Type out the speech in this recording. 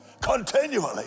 continually